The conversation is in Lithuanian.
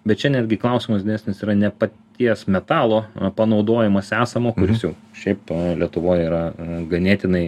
bet čia netgi klausimas didesnis yra ne paties metalo panaudojimas esamo kuris jau šiaip lietuvoj yra ganėtinai